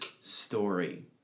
story